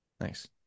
Nice